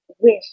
Wish